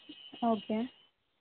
okay